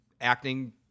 acting